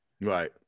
Right